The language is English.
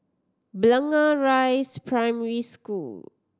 Blangah Rise Primary School